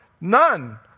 None